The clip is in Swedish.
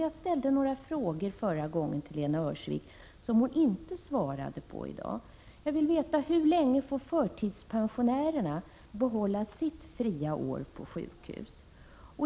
Jag ställde förra gången till Lena Öhrsvik några frågor, som hon inte svarat på i dag. Jag vill veta hur länge förtidspensionärerna får behålla sitt friår på sjukhus.